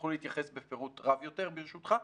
יוכלו להתייחס בפירוט רב יותר, ברשותך.